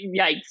yikes